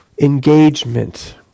engagement